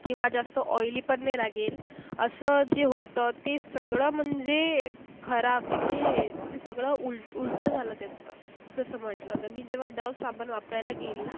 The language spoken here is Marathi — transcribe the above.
किंवा जास्त ऑईली पण नाही लागेल असं जे होतं ते सगळं म्हणजे खराब म्हणजे ते सगळं उल उलटं झालं त्याचं तसं म्हंटलं तर मी जेव्हा डव साबण वापरायला गेली